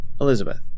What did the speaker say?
Elizabeth